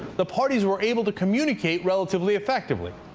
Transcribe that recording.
the parties were able to communicate relatively effectively.